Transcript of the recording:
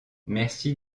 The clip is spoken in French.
merci